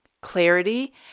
clarity